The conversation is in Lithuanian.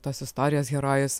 tos istorijos herojus